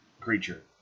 creature